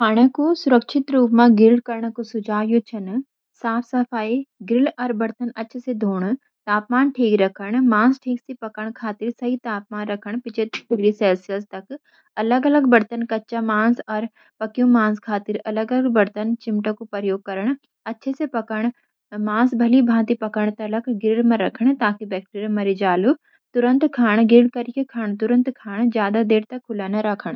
खाने कु सुरक्षित रूप म ग्रिल करण का कुछ सुझाव यो छन: साफ-सफाई: ग्रिल अर बर्तन अच्छे से धोण। तापमान ठीक राखण: मांस ठीक से पकाण खातिर सही तापमान राखण (पचत्तर °C तक)। अलग-अलग बर्तन: कच्चा मांस अर पक्यो मांस खातिर अलग बर्तन अर चिमटे प्रयोग करण। अच्छे से पकाण: मांस भली-भाँति पकण तलक ग्रिल म राखण, ताकि बैक्टेरिया मऱि जाल। तुरंत खाण: ग्रिल करेक खाना तुरंत खाण, ज्याद देर तक खुला ना राखण।